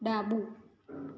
ડાબું